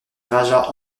raja